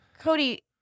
Cody